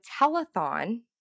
telethon